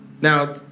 Now